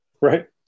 Right